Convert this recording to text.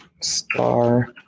star